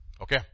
okay